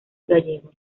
gallegos